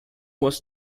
was